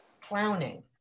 clowning